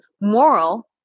moral